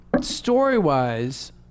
story-wise